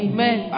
Amen